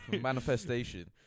Manifestation